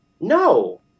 No